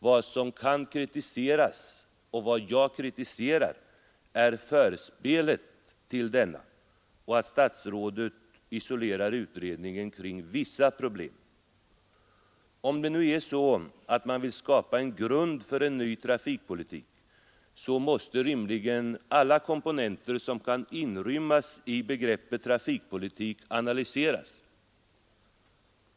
Vad som kan kritiseras, och vad jag också kritiserar, är förspelet till denna och att statsrådet isolerar utredningen kring vissa problem. Om man nu vill skapa en grund för en ny trafikpolitik, måste rimligen alla komponenter som kan inrymmas i begreppet trafikpolitik analyseras.